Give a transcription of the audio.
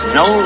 no